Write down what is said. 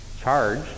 charge